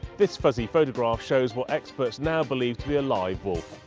this fuzzy photograph shows what experts now believe to be a live wolf,